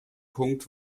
punkt